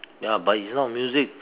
ya but it's not music